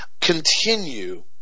continue